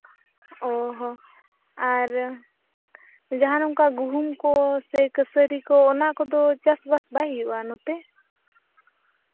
ᱚ ᱦᱚᱸ ᱟᱨ ᱡᱟᱦᱟᱸ ᱱᱚᱝᱠᱟ ᱜᱩᱦᱩᱢ ᱠᱚ ᱥᱮ ᱠᱟᱹᱥᱟᱹᱨᱤ ᱠᱚ ᱚᱱᱟ ᱠᱚᱫᱚ ᱪᱟᱥᱼᱵᱟᱥ ᱵᱟᱭ ᱦᱩᱭᱩᱜᱼᱟ ᱱᱚᱛᱮ